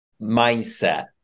mindset